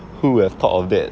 who have thought of that